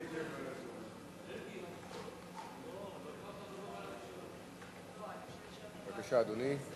בבקשה, אדוני.